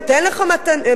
נותן לך מתנה,